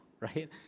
Right